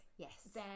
Yes